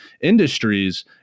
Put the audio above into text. industries